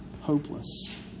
hopeless